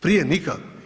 Prije nikakvo.